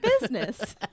business